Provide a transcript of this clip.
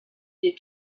des